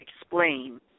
explain